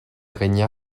régna